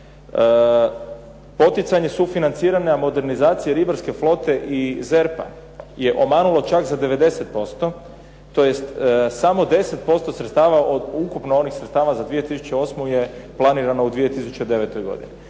Poticajne su financirane, a modernizacija ribarske flote i ZERP-a je omanulo čak za 90%, tj. samo 10% sredstava od ukupno onih sredstava za 2008. je planirano u 2009. godini.